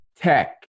Tech